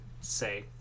say